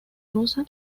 rusa